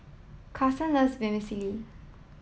Carson loves Vermicelli